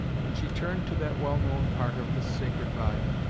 and she turned to that well known part of the sacred volume,